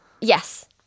yes